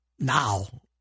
Now